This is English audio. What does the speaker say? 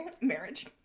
marriage